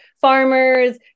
farmers